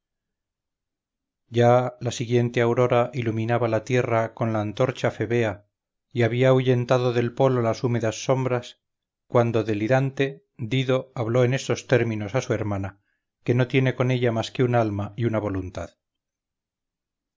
la siguiente aurora iluminaba la tierra con la antorcha febea y había ahuyentado del polo las húmedas sombras cuando delirante dido habló en estos términos a su hermana que no tiene con ella más que un alma y una voluntad